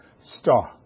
Star